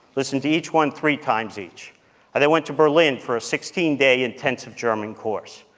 listened to each one three times each. and i went to berlin for a sixteen day intensive german course.